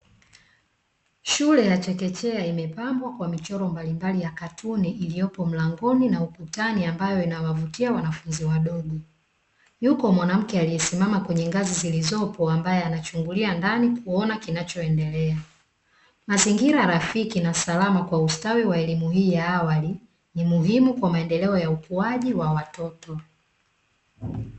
Shule ya chekechea imepambwa kwa michoro mbalimbalia ya katuni iliyopo mlangoni na ukutani ambayo inawavutia wanafunzi wadogo, yuko mwanamke alie simama kwenye ngazi zilizopo ambae anachungulia ndani kuona kinachoendelea, mazingira rafiki na salama kwa ustawi wa elimu hii ya awali ni muhimu kwa maendeleo ya ukuaji wa watoto.